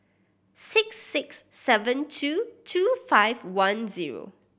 six six seven two two five one zero